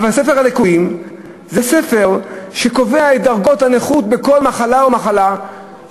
אבל ספר הליקויים זה ספר שקובע את דרגות הנכות בכל מחלה ומחלה,